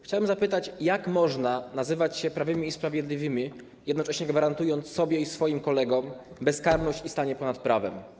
Chciałbym zapytać, jak można nazywać się prawymi i sprawiedliwymi, jednocześnie gwarantując sobie i swoim kolegom bezkarność i stanie ponad prawem.